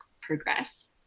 progress